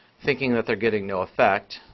thinking that they're getting no effect,